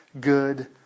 good